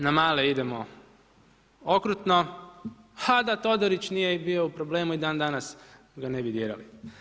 Na male idemo okrutno, a da Todorić nije bio u problemu, i dandanas ga ne bi dirali.